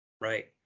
right